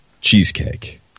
Cheesecake